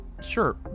Sure